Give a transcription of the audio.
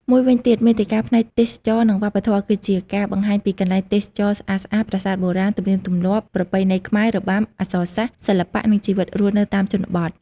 មួយវិញទៀត មាតិកាផ្នែកទេសចរណ៍ និងវប្បធម៌ គឺជាការបង្ហាញពីកន្លែងទេសចរណ៍ស្អាតៗ ប្រាសាទបុរាណ ទំនៀមទម្លាប់ ប្រពៃណីខ្មែរ របាំ អក្សរសាស្ត្រ សិល្បៈ និងជីវិតរស់នៅតាមជនបទ។